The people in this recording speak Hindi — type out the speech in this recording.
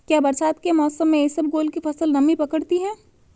क्या बरसात के मौसम में इसबगोल की फसल नमी पकड़ती है?